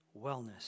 wellness